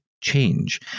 change